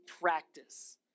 practice